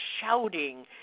shouting